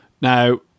Now